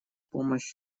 помощь